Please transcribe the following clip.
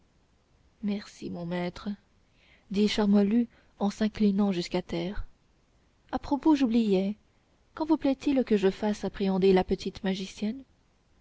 merci mon maître dit charmolue en s'inclinant jusqu'à terre à propos j'oubliais quand vous plaît-il que je fasse appréhender la petite magicienne